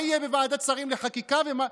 מה יהיה בוועדת השרים לחקיקה ומה?